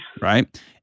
Right